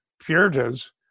Puritans